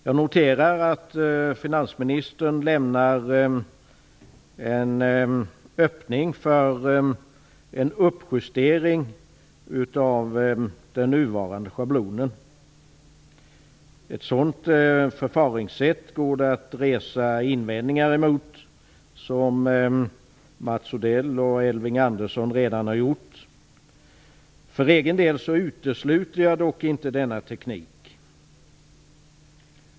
Jag noterar att finansministern lämnar en öppning för en uppjustering av den nuvarande schablonen. Ett sådant förfaringssätt går det att resa invändningar mot, som Mats Odell och Elving Andersson redan har gjort. För egen del utesluter jag dock inte denna teknik.